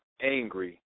angry